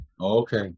Okay